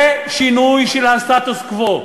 זה שינוי של הסטטוס-קוו.